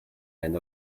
end